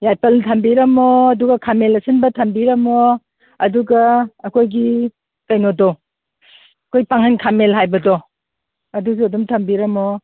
ꯌꯥꯏꯄꯟ ꯊꯝꯕꯤꯔꯝꯃꯣ ꯑꯗꯨꯒ ꯈꯥꯃꯦꯟ ꯑꯁꯤꯟꯕ ꯊꯝꯕꯤꯔꯝꯃꯣ ꯑꯗꯨꯒ ꯑꯩꯈꯣꯏ ꯀꯩꯅꯣꯗꯣ ꯑꯩꯈꯣꯏ ꯄꯥꯡꯒꯜ ꯈꯥꯃꯦꯟ ꯍꯥꯏꯕꯗꯣ ꯑꯗꯨꯁꯨ ꯑꯗꯨꯝ ꯊꯝꯕꯤꯔꯝꯃꯣ